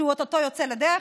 שאו-טו-טו יוצא לדרך.